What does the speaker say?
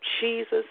Jesus